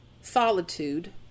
solitude